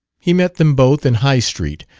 he met them both, in high street,